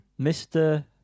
Mr